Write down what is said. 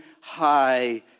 high